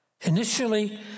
Initially